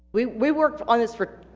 we we worked on this for